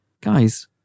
guys